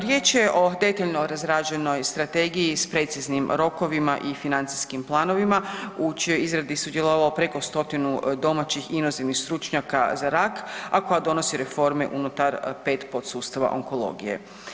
Riječ je o detaljno razrađenoj strategiji s preciznim rokovima i financijskim planovima u čijoj izradi je sudjelovalo preko 100-tinu domaćih i inozemnih stručnjaka za rak, a koja donosi reforma unutar 5 podsustava onkologije.